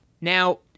Now